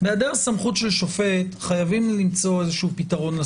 חייבים למצוא פתרון.